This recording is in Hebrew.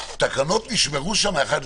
התקנות נשמרו שם אחד לאחד?